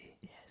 Yes